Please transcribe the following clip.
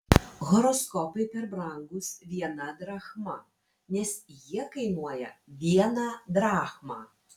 horoskopai per brangūs viena drachma nes jie kainuoja vieną drachmą